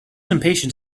impatient